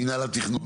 מינהל התכנון,